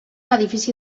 edifici